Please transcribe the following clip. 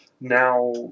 now